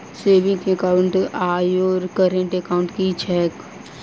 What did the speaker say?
Saving account आओर current account की छैक?